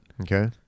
Okay